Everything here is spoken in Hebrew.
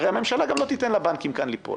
הרי הממשלה לא תיתן לבנקים כאן ליפול